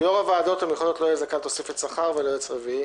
יו"ר הוועדות המיוחדות לא יהיה זכאי לתוספת שכר וליועץ רביעי.